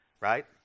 right